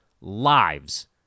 lives